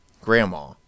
grandma